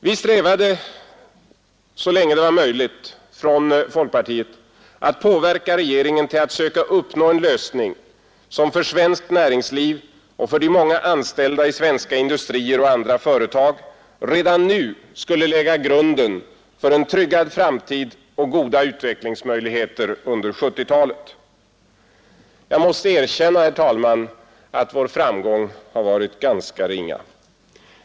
Vi strävade så länge det var möjligt från folkpartiet att påverka regeringen till att söka uppnå en lösning som för svenskt näringsliv och för de många anställda i svenska industrier och andra företag redan nu skulle lägga grunden för en tryggad framtid och goda utvecklingsmöjligheter under 1970-talet. Jag måste erkänna, herr talman, att vår framgång har varit ringa.